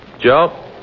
Joe